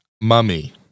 Mummy